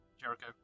Jericho